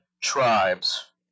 tribes